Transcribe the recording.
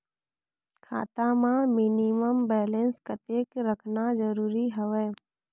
खाता मां minimum balance कतेक रखना जरूरी हवय?